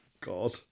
God